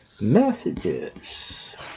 messages